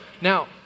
Now